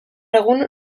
egun